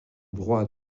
droit